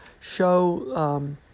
show